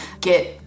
get